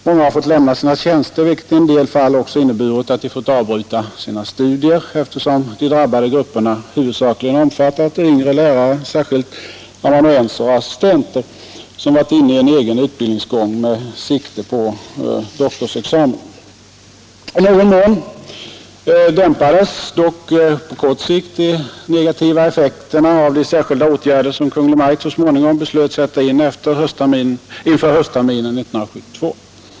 Många har fått lämna sina tjänster, vilket i en del fall också inneburit att de fått avbryta sina studier eftersom de drabbade grupperna huvudsakligen omfattat yngre lärare, särskilt amanuenser och assistenter som varit inne i en egen utbildningsgång med sikte på doktorsexamen. I någon mån dämpades dock på kort sikt de negativa effekterna av de särskilda åtgärder som Kungl. Maj:t så småningom beslöt sätta in inför höstterminen 1972.